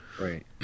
Right